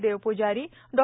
देवप्जारी डॉ